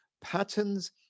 patterns